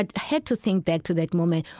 had had to think back to that moment,